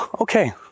okay